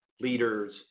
leaders